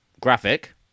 graphic